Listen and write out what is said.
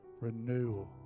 renewal